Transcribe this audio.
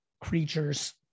Creatures